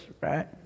Right